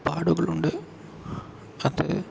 പാടുകൾ ഉണ്ട് അത്